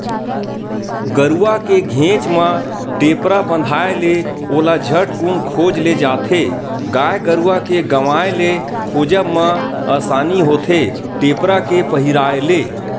गरुवा के घेंच म टेपरा बंधाय ले ओला झटकून खोज ले जाथे गाय गरुवा के गवाय ले खोजब म असानी होथे टेपरा के पहिराय ले